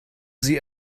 sie